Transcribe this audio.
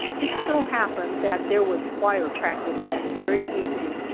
it so happened that there was choir practice that very evening,